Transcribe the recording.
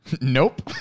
Nope